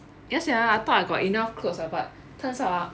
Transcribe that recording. ya sia I thought I got enough clothes ah but turns out ah